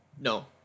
No